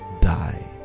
die